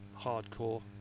hardcore